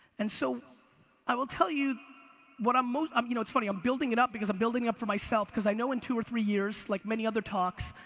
and so i will tell you what i'm most, um you know it's funny, i'm building it up because i'm building it up for myself because i know in two or three years, like many other talks,